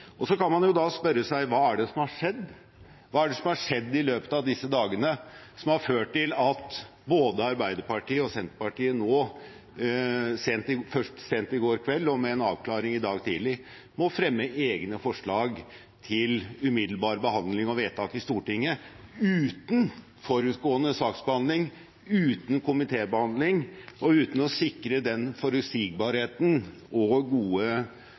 kan jo spørre seg: Hva er det som har skjedd? Hva er det som har skjedd i løpet av disse dagene som har ført til at både Arbeiderpartiet og Senterpartiet nå – først sent i går kveld og med en avklaring i dag tidlig – må fremme egne forslag til umiddelbar behandling og vedtak i Stortinget, uten forutgående saksbehandling, uten komitébehandling og uten å sikre den forutsigbarheten og den gode